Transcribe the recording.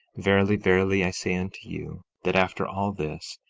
verily, verily, i say unto you, that after all this,